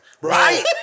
Right